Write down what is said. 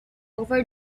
over